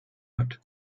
hat